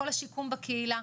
כל השיקום בקהילה,